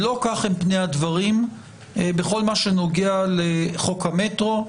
לא כך הם פני הדברים בכל מה שנוגע לחוק המטרו,